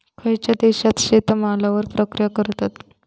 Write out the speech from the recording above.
खयच्या देशात शेतमालावर प्रक्रिया करतत?